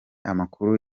amakuru